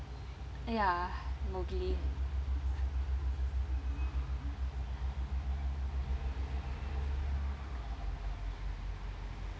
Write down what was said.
ya mowgli